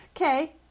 okay